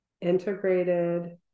integrated